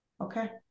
okay